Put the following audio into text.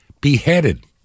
beheaded